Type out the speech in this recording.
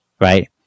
Right